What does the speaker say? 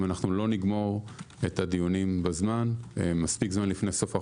אם לא נגמור את הדיונים מספיק זמן לפני סוף החודש,